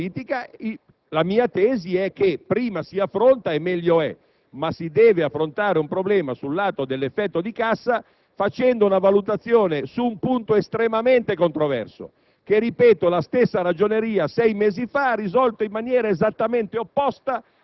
non c'è dubbio che si pone un problema di opportunità politica. La mia tesi è che prima si affronta il problema, meglio è, ma si deve affrontare un problema sul lato dell'effetto di cassa facendo una valutazione su un punto estremamente controverso,